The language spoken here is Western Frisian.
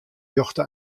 rjochte